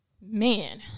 Man